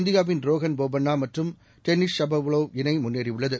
இந்தியாவின் ரோஹன் போபண்ணாமற்றும் Denis Shapovalov இணைமுன்னேறியுள்ளது